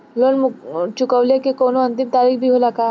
Loan चुकवले के कौनो अंतिम तारीख भी होला का?